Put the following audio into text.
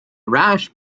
rash